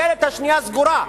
הדלת השנייה סגורה.